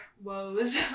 woes